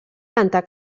cantar